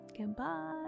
goodbye